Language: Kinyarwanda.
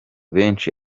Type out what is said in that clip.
benshi